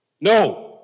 No